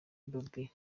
bobbi